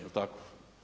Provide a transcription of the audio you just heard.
Jel' tako?